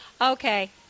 Okay